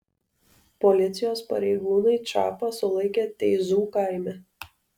policijos pareigūnai čapą sulaikė teizų kaime